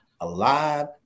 alive